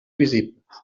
visibles